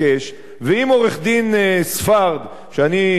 ואם עורך-דין ספרד, שאני מעריך את כישוריו,